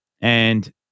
And-